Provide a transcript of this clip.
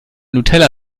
nutella